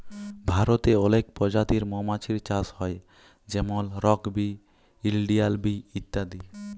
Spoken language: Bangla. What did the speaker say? ভারতে অলেক পজাতির মমাছির চাষ হ্যয় যেমল রক বি, ইলডিয়াল বি ইত্যাদি